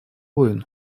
войн